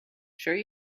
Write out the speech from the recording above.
sure